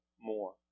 more